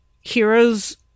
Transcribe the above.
heroes